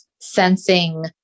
sensing